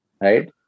Right